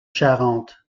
charente